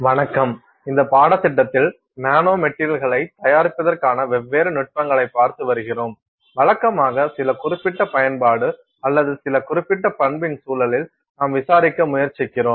வணக்கம் இந்த பாடத்திட்டத்தில் நானோ மெட்டீரியல்களைத் தயாரிப்பதற்கான வெவ்வேறு நுட்பங்களைப் பார்த்து வருகிறோம் வழக்கமாக சில குறிப்பிட்ட பயன்பாடு அல்லது சில குறிப்பிட்ட பண்பின் சூழலில் நாம் விசாரிக்க முயற்சிக்கிறோம்